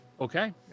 Okay